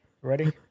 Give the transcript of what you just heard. Ready